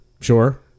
Sure